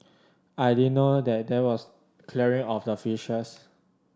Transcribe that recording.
I didn't know that there was clearing of the fishes